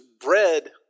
bread